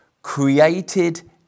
created